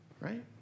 right